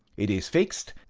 it is fixed,